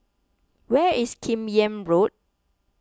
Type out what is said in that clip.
where is Kim Yam Road